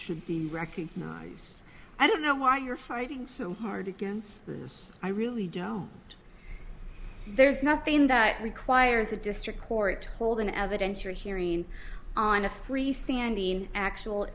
should be recognize i don't know why you're fighting so hard again i really don't there's nothing that requires a district court told an evidentiary hearing on a freestanding actual